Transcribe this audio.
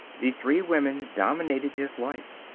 the three women dominated his life.